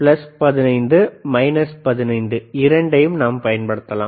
plus 15 minus 15 இரண்டையும் நாம் பயன்படுத்தலாம்